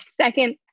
second